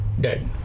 Dead